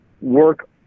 work